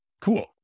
Cool